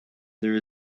there